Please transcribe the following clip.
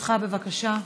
בבקשה.